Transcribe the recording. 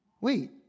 Wait